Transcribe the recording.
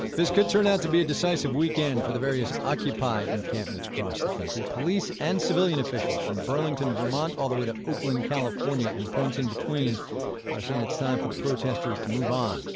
this could turn out to be a decisive weekend for the various occupy encampments across the country. police and civilian officials from burlington, vermont, all the way to oakland, calif, and and points in between are saying it's time for the protesters to move on.